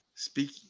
Speak